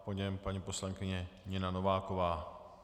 Po něm paní poslankyně Nina Nováková.